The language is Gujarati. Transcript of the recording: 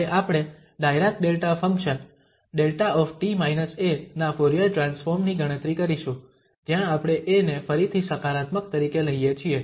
હવે આપણે ડાયરાક ડેલ્ટા ફંક્શન 𝛿 ના ફુરીયર ટ્રાન્સફોર્મ ની ગણતરી કરીશું જ્યાં આપણે a ને ફરીથી સકારાત્મક તરીકે લઈએ છીએ